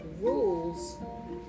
rules